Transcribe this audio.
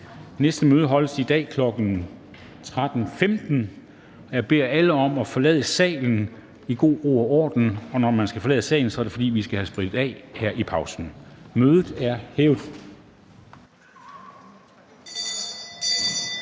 næste møde afholdes i dag kl. 13.15. Jeg beder alle om at forlade salen i god ro og orden. Man skal forlade salen, fordi vi skal have sprittet af her i pausen. Mødet er hævet.